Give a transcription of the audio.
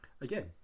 again